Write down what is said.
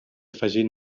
afegir